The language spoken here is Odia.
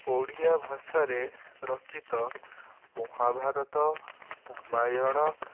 ଓଡ଼ିଆ ଭାଷାରେ ରଚିତ ମହାଭାରତ ରାମାୟଣ